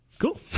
cool